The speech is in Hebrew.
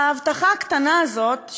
ההבטחה הקטנה הזאת,